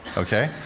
ok?